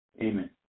Amen